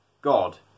God